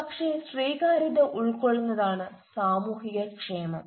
പക്ഷേ സ്വീകാര്യത ഉൾക്കൊള്ളുന്നതാണ് സാമൂഹിക ക്ഷേമം